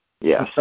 yes